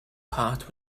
part